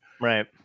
right